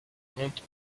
compte